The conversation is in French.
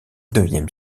neuvième